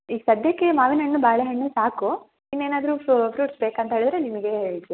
ಈಗ ಸದ್ಯಕ್ಕೆ ಮಾವಿನಹಣ್ಣು ಬಾಳೆಹಣ್ಣು ಸಾಕು ಇನ್ನೇನಾದರೂ ಫ್ರೂಟ್ಸ್ ಬೇಕಂತ ಹೇಳಿದರೆ ನಿಮಗೇ ಹೇಳ್ತಿನಂತೆ